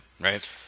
Right